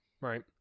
Right